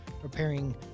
preparing